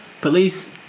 police